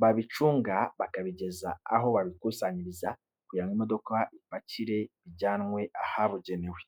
babicunga bakabigeza aho babikusanyiriza kugira ngo imodoka ibipakire bijyanwe ahabugenewe.